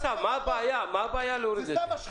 אסף, מה הבעיה להוריד את זה?